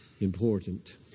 important